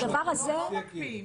לא מקפיאים.